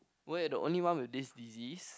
where the only one with this disease